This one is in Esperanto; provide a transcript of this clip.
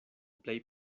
plej